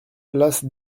place